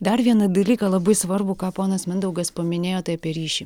dar vieną dalyką labai svarbų ką ponas mindaugas paminėjo tai apie ryšį